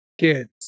kids